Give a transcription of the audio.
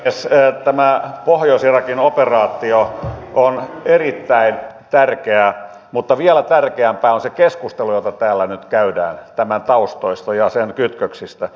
tämä pohjois irakin operaatio on erittäin tärkeä mutta vielä tärkeämpää on se keskustelu jota täällä nyt käydään tämän taustoista ja sen kytköksistä